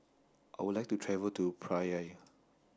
I would like to travel to Praia